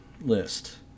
list